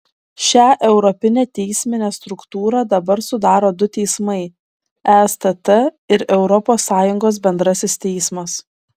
šią europinę teisminę struktūrą dabar sudaro du teismai estt ir europos sąjungos bendrasis teismas